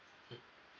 mmhmm